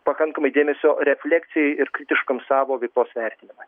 pakankamai dėmesio refleksijai ir kritiškam savo veiklos vertinime